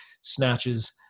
snatches